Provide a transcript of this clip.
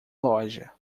loja